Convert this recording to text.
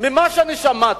ממה שאני שמעתי,